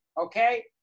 okay